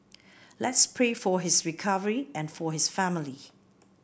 let's pray for his recovery and for his family